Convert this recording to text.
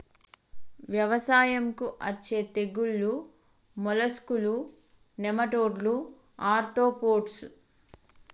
వ్యవసాయంకు అచ్చే తెగుల్లు మోలస్కులు, నెమటోడ్లు, ఆర్తోపోడ్స్